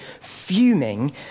fuming